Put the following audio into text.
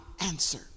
answer